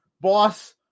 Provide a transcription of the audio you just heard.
boss